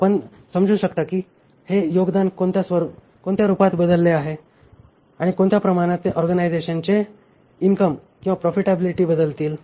आपण समजू शकता की हे योगदान कोणत्या रूपात बदलले आहे आणि कोणत्या प्रमाणात ते ऑर्गनायझेशनचे इनकम किंवा प्रॉफिटॅबिलिटी बदलतील